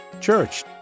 Church